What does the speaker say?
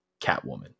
Catwoman